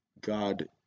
God